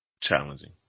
challenging